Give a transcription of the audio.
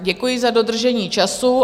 Děkuji za dodržení času.